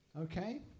Okay